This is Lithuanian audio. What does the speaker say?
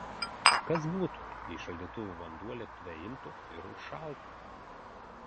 kas būtų jei šaldytuvų vanduo lėktuve imtų ir užšaltų